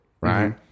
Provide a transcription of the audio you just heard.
Right